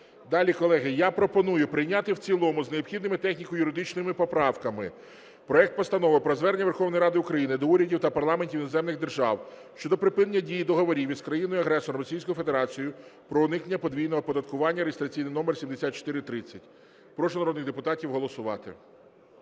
Далі, колеги, я пропоную прийняти в цілому з необхідними техніко-юридичними поправками проект Постанови про Звернення Верховної Ради України до урядів та парламентів іноземних держав щодо припинення дії договорів із країною-агресором Російською Федерацією про уникнення подвійного оподаткування (реєстраційний номер 7430). Прошу народних депутатів голосувати.